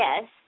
Yes